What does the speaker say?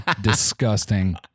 disgusting